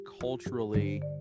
culturally